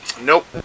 nope